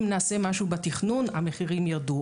אם נעשה משהו בתכנון המחירים ירדו,